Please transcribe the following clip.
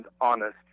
honest